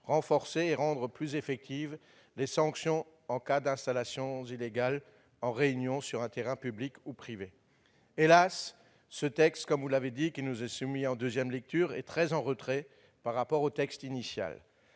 renforcer et rendre plus effectives les sanctions en cas d'installation illégale en réunion sur un terrain public ou privé. Las, comme beaucoup d'entre nous l'ont dit, le texte qui nous est soumis en deuxième lecture est très en retrait par rapport au texte initial.